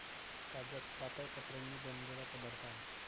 कागद पातळ पत्र्यांनी बनलेला पदार्थ आहे